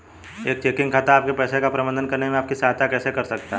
एक चेकिंग खाता आपके पैसे का प्रबंधन करने में आपकी सहायता कैसे कर सकता है?